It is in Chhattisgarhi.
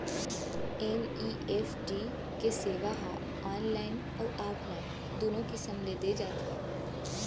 एन.ई.एफ.टी के सेवा ह ऑनलाइन अउ ऑफलाइन दूनो किसम ले दे जाथे